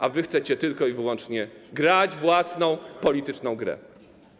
A wy chcecie tylko i wyłącznie rozegrać własną polityczną grę.